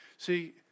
See